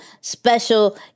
special